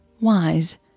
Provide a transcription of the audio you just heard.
wise